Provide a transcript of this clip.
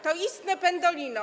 To istne pendolino.